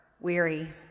weary